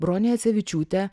brone jacevičiūte